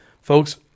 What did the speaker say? Folks